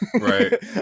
right